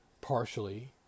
Partially